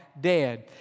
dead